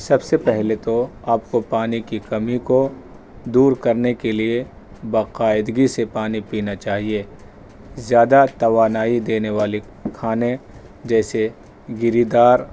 سب سے پہلے تو آپ کو پانی کی کمی کو دور کرنے کے لیے باقاعدگی سے پانی پینا چاہیے زیادہ توانائی دینے والی کھانے جیسے گری دار